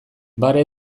bare